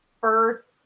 first